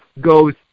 goes